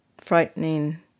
frightening